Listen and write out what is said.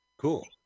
Cool